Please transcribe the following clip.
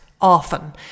often